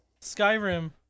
skyrim